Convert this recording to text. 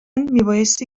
میبایستی